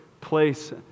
place